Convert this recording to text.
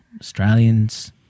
Australians